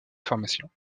pharmaciens